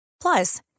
plus